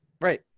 Right